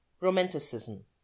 Romanticism